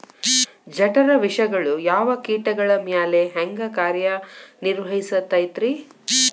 ಜಠರ ವಿಷಗಳು ಯಾವ ಕೇಟಗಳ ಮ್ಯಾಲೆ ಹ್ಯಾಂಗ ಕಾರ್ಯ ನಿರ್ವಹಿಸತೈತ್ರಿ?